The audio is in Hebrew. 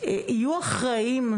יהיו אחראיים,